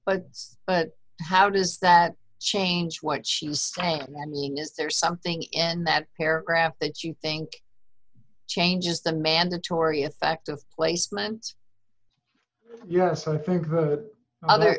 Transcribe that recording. it's but how does that change what she was saying and mean is there something in that paragraph that you think changes the mandatory effect of placement yes i think the other